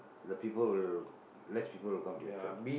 the people will less people will come to your shop